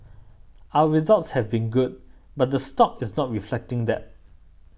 our results have been good but the stock is not reflecting that